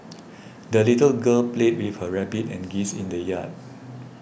the little girl played with her rabbit and geese in the yard